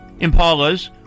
impalas